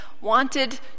wanted